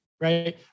Right